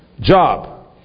job